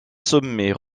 sommets